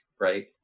right